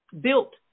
built